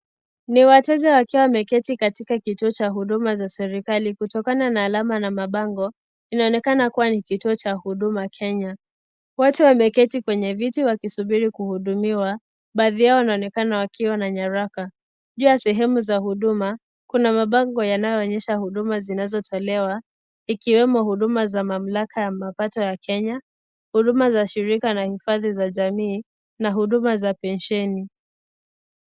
Ni wateja wakiwa wameketi katika kituo cha huduma za serikali. Kutokana na alama na mabango, inaonekana kuwa ni kituo cha huduma Kenya. Wote wameketi kwenye viti wakisubiri kuhudumiwa. Baadhi yao wanaonekana wakiwa na nyaraka. Juu ya sehemu za huduma, kuna mabango yanayoonyesha huduma zinazotolewa ikiwemo huduma za mamlaka ya mapato ya Kenya, huduma za shirika na hifadhi za jamii na hifadhi za pensheni.